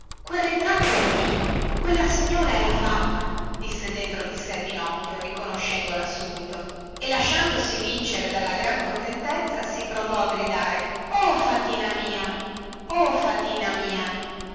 quel ritratto è il mio quella signora è la fata disse dentro di sé pinocchio riconoscendola subito e lasciandosi vincere dalla gran contentezza si provò a gridare oh fatina mia oh fatina mia